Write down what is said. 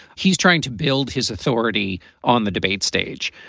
he's trying to build his authority on the debate stage,